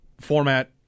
format